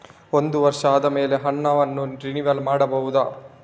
ಒಂದು ವರ್ಷ ಆದಮೇಲೆ ಹಣವನ್ನು ರಿನಿವಲ್ ಮಾಡಬಹುದ?